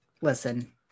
listen